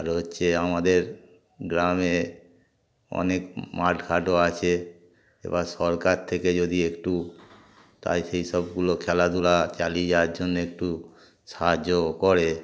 আর হচ্ছে আমাদের গ্রামে অনেক মাঠখাটও আছে এবার সরকার থেকে যদি একটু তাই সেই সবগুলো খেলাধুলা চালিয়ে যাওয়ার জন্য একটু সাহায্যও করে